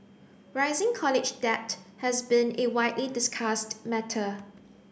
rising college debt has been a widely discussed matter